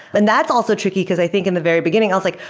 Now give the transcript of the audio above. and that's also tricky, because i think in the very beginning i was like,